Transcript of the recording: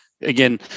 Again